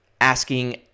asking